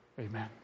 Amen